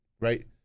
right